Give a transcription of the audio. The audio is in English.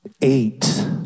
Eight